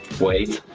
weight